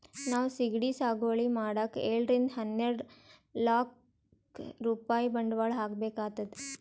ನಾವ್ ಸಿಗಡಿ ಸಾಗುವಳಿ ಮಾಡಕ್ಕ್ ಏಳರಿಂದ ಹನ್ನೆರಡ್ ಲಾಕ್ ರೂಪಾಯ್ ಬಂಡವಾಳ್ ಹಾಕ್ಬೇಕ್ ಆತದ್